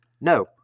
No